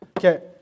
Okay